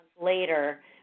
later